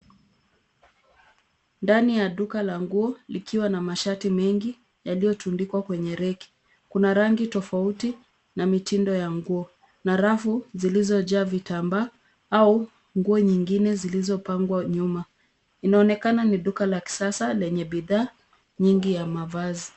Ndani ya duka la nguo likiwa na mashati mengi yaliyotundikwa kwenye reki. Kuna rangi tofauti na mitindo ya nguo na rafu zilizojaa vitambaa au nguo nyingine zilizopangwa nyuma. Inaonekana ni duka la kisasa lenye bidhaa nyingi ya mavazi.